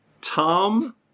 Tom